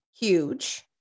huge